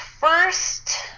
first